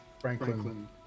Franklin